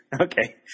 Okay